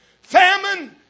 famine